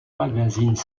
magazines